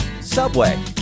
Subway